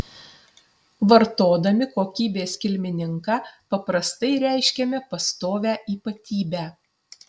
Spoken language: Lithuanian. vartodami kokybės kilmininką paprastai reiškiame pastovią ypatybę